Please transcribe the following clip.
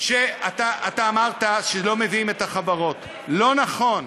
אתה אמרת שלא מביאים את החברות, לא נכון.